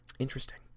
Interesting